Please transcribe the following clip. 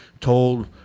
told